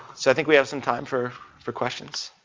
so i think we have some time for for questions.